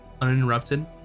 uninterrupted